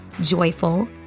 joyful